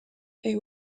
est